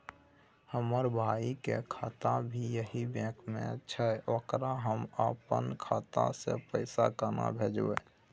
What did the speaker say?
हमर भाई के खाता भी यही बैंक में छै ओकरा हम अपन खाता से पैसा केना भेजबै?